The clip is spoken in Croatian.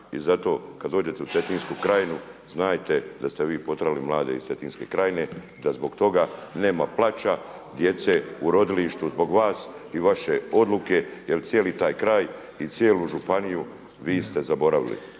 I zato kada dođete u Cetinsku krajinu znajte da ste vi potjerali mlade iz Cetinske krajine, da zbog toga nema plača djece u rodilištu zbog vas i vaše odluke jer cijeli taj kraj i cijelu županiju vi ste zaboravili.